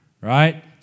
right